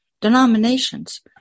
denominations